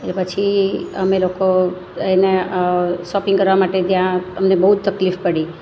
એ પછી અમે લોકો એના શોપિંગ કરવા માટે ત્યાં અમને બહુ જ તકલીફ પડી